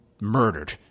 murdered